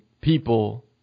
people